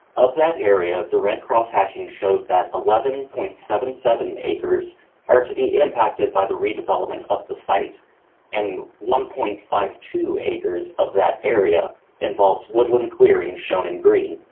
of that area of the red cross hatching shows that eleven point seven seven acres are to be impacted by the redevelopment of the sites and one point five two acres of that area involves woodland clearing shown in green.